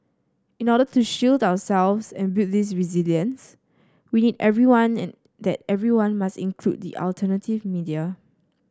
in order to shield ourselves and build this resilience we need everyone and that everyone must include the alternative media